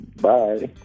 Bye